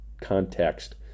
context